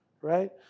right